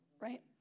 Right